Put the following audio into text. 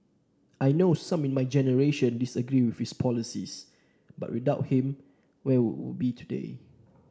I know some in my generation disagree with his policies but without him where would we be today